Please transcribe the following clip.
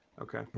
Okay